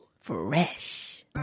Fresh